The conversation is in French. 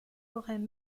auraient